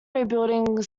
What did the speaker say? rebuilding